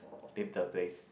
leave the place